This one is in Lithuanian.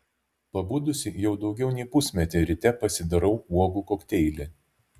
pabudusi jau daugiau nei pusmetį ryte pasidarau uogų kokteilį